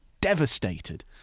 devastated